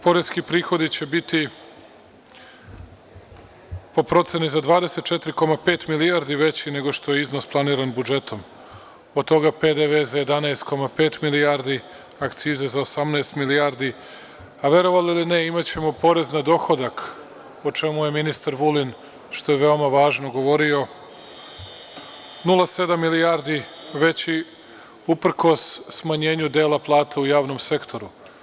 Poreski prihodi će biti po proceni za 24,5 miliona milijardi veći nego što je iznos planiran budžetom, od toga PDV za 11,5 milijardi, akcize za 18 milijardi, a verovali ili ne imaćemo porez na dohodak, o čemu je ministar Vulin, što je veoma važno govorio, 0,7 milijardi veći uprkos smanjenju dela plata u javnom sektoru.